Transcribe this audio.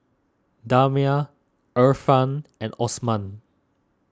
Damia Irfan and Osman